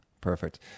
Perfect